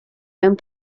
mewn